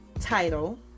title